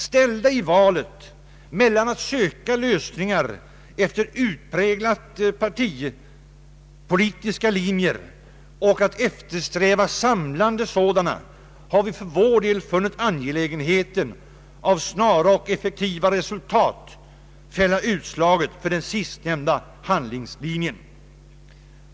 Ställda i valet mellan att söka lösningar efter utpräglat partipolitiska linjer och att eftersträva samlande sådana har vi för vår del funnit angelägenheten av snara och effektiva resultat fälla utslaget för den sistnämnda handlingslinjen.